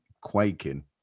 quaking